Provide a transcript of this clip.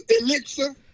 elixir